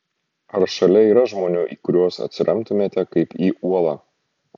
ar šalia yra žmonių į kuriuos atsiremtumėte kaip į uolą